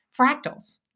fractals